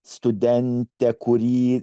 studentę kurį